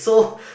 so